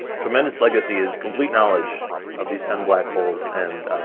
tremendous legacy is complete knowledge of these ten black holes, and